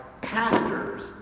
pastors